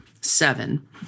Seven